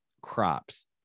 crops